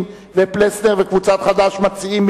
לחבר הכנסת טיבייב ופלסנר וקבוצת חד"ש יש הסתייגות נוספת,